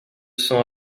cents